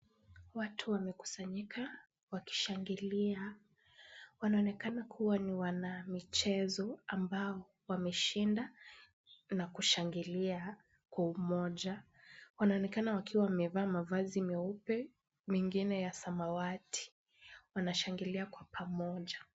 Watu wamekusanyika wakishangilia. Wanaonekana kuwa ni wanamichezo ambao wameshinda na kushangilia kwa umoja. Wanaonekana wakiwa wamevaa mavazi meupe wengine ya samawati. Wanashangilia kwa pamoja.